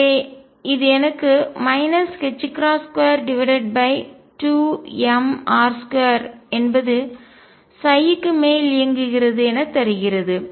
எனவே இது எனக்கு 22mr2 என்பது க்கு மேல் இயங்குகிறது என தருகிறது